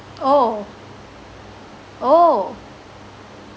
oh oh